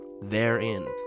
therein